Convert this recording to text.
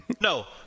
No